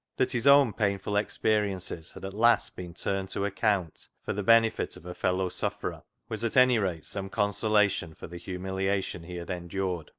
that his own painful experiences had at last been turned to account for the benefit of a fellow sufferer was at anyrate some consola tion for the humiliation he had endured,